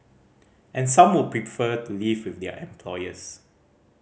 and some would prefer to live with their employers